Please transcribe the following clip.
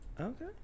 okay